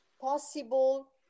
possible